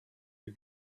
you